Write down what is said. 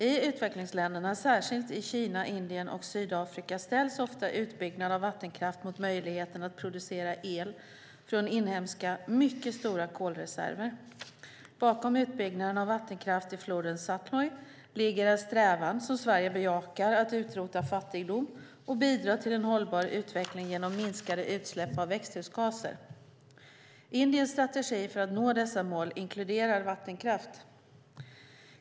I utvecklingsländerna, särskilt i Kina, Indien och Sydafrika, ställs ofta utbyggnad av vattenkraft mot möjligheten att producera el från inhemska, mycket stora, kolreserver. Bakom utbyggnaden av vattenkraft i floden Satluj ligger en strävan, som Sverige bejakar, att utrota fattigdom och bidra till en hållbar utveckling genom minskade utsläpp av växthusgaser. Indiens strategi för att nå dessa mål inkluderar vattenkraft.